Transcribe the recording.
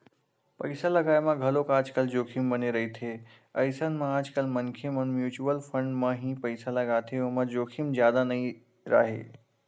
पइसा लगाय म घलोक आजकल जोखिम बने रहिथे अइसन म आजकल मनखे मन म्युचुअल फंड म ही पइसा लगाथे ओमा जोखिम जादा नइ राहय